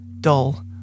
dull